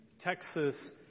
Texas